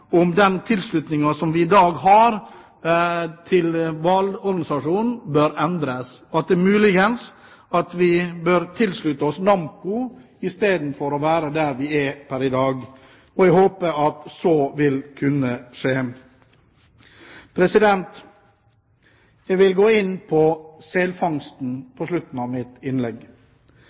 om den tilslutningen som vi i dag har til hvalorganisasjonen, bør endres, og at vi muligens bør tilslutte oss NAMMCO i stedet for å være der vi er pr. i dag. Jeg håper at så vil kunne skje. Jeg vil gå inn på selfangsten på slutten av mitt innlegg.